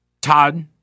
Todd